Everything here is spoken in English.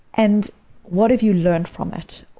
and what have you learned from it?